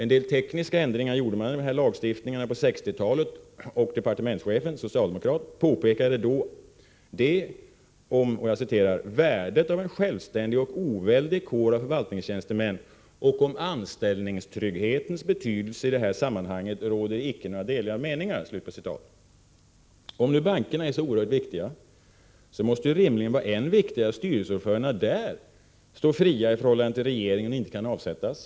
En del tekniska ändringar gjordes i denna lagstiftning på 1960-talet, och departementschefen — socialdemokrat — påpekade då: Om ”värdet av en självständig och oväldig kår av förvaltningstjänstemän och om anställningstrygghetens betydelse i detta sammanhang råder ——— icke delade meningar”. Om nu bankerna är så oerhört viktiga måste det rimligen vara än viktigare att styrelseordförandena där står fria i förhållande till regeringen och inte kan avsättas.